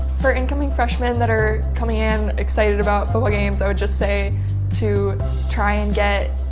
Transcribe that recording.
for incoming freshmen that are coming in excited about football games, i would just say to try and get